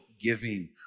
giving